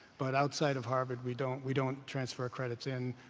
but outside of harvard, we don't we don't transfer credits in,